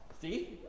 See